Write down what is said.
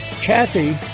Kathy